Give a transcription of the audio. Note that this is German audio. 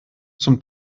zum